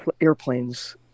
airplanes